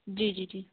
جی جی جی